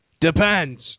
Depends